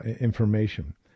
information